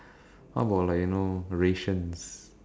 how about you like you know rations